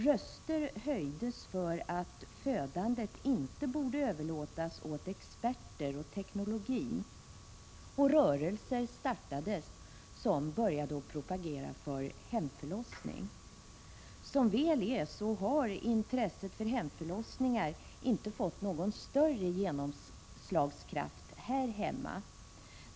Röster höjdes för att födandet inte borde överlåtas åt experter och åt teknologin, och rörelser startades som började propagera mot hemförlossning. Som väl är har intresset för hemförlossningar inte fått någon större genomslagskraft här hemma.